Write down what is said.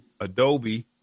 Adobe